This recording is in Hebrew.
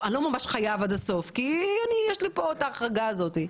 לא ממש חייב עד הסוף כי יש לו כאן את ההחרגה הזאת.